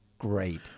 great